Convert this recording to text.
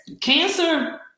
cancer